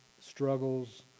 struggles